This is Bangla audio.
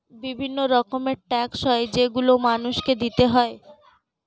বিভিন্ন রকমের ট্যাক্স হয় যেগুলো মানুষকে দিতে হয়